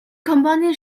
компанийн